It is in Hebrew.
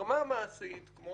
ברמה המעשית, כמו